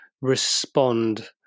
respond